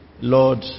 Lord